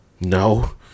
No